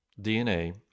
DNA